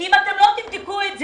כי אם אתם לא תבדקו את זה,